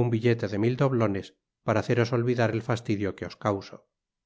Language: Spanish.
un billete de mil doblones para haceros olvidar el fastidio que os causo